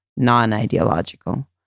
non-ideological